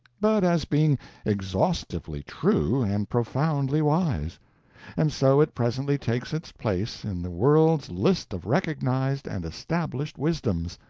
but as being exhaustively true and profoundly wise and so it presently takes its place in the world's list of recognized and established wisdoms,